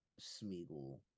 Smeagol